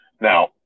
Now